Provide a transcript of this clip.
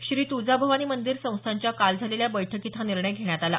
श्री तुळजाभवानी मंदिर संस्थानच्या काल झालेल्या बैठकीत हा निर्णय घेण्यात आला